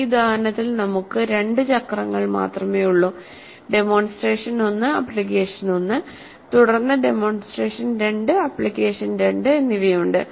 ഈ ഉദാഹരണത്തിൽ നമുക്ക് രണ്ട് ചക്രങ്ങൾ മാത്രമേയുള്ളൂഡെമോൺസ്ട്രേഷൻ 1 ആപ്ലിക്കേഷൻ 1 തുടർന്ന് ഡെമോൺസ്ട്രേഷൻ 2 ആപ്ലിക്കേഷൻ 2 എന്നിവയുണ്ട്